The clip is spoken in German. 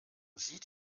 sieht